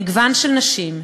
מגוון של נשים,